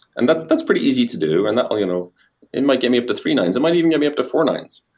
and that's that's pretty easy to do. and ah you know it might give me up to three nines, it might even get me up to four nines.